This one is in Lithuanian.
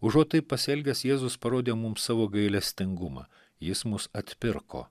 užuot taip pasielgęs jėzus parodė mum savo gailestingumą jis mus atpirko